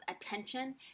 attention